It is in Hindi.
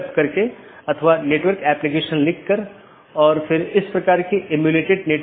जैसा कि हमने पहले उल्लेख किया है कि विभिन्न प्रकार के BGP पैकेट हैं